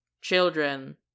children